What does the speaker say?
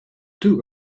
two